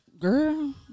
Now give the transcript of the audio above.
Girl